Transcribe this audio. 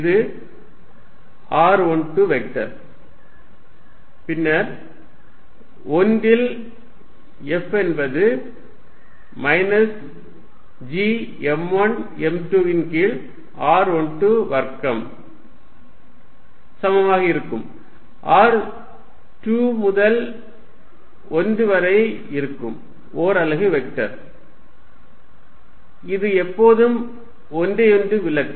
இது r1 2 vector பின்னர் 1 இல் F என்பது மைனஸ் G m1 m2 ன் கீழ் r12 வர்க்கம் சமமாக இருக்கும் r 2 முதல் 1 வரை இருக்கும் ஓர் அலகு வெக்டர் இது எப்போதும் ஒன்றையொன்று விலக்கும்